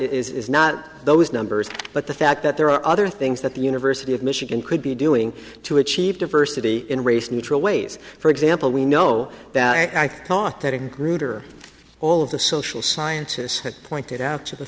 is not those numbers but the fact that there are other things that the university of michigan could be doing to achieve diversity in race neutral ways for example we know that i thought that a group or all of the social sciences had pointed out to the